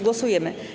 Głosujemy.